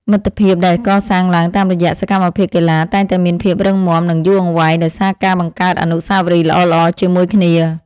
មិត្តភាពដែលកសាងឡើងតាមរយៈសកម្មភាពកីឡាតែងតែមានភាពរឹងមាំ និងយូរអង្វែងដោយសារការបង្កើតអនុស្សាវរីយ៍ល្អៗជាមួយគ្នា។